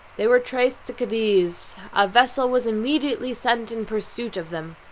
they were traced to cadiz. a vessel was immediately sent in pursuit of them.